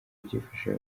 byifashe